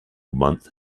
month